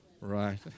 right